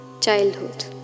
childhood